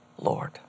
Lord